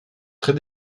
très